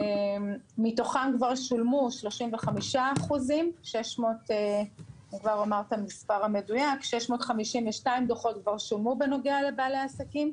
מתוכם כבר שולמו 35%. 652 דוחות כבר שולמו בנוגע לבעלי העסקים.